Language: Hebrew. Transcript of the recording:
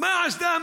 מה עשתה המדינה?